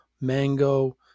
mango